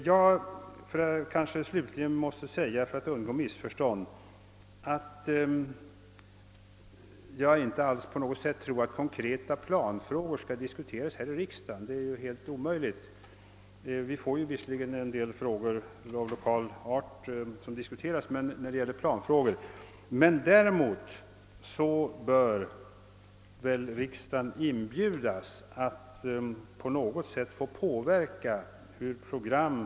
Jag kanske slutligen, för att undgå missförstånd, måste förklara att :jag ingalunda anser att konkreta planfrågor skall diskuteras här i riksdagen; det är helt. omöjligt, även om en del planfrågor av lokal art debatteras här. Däremot bör väl riksdagen inbjudas att på något sätt påverka utformningen av programmet för den riksplanering, som många väntar på och som jag anser vara behövlig.